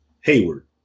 Hayward